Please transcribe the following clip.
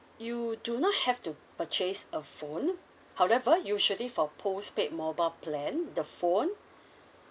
you do not have to purchase a phone however usually for postpaid mobile plan the phone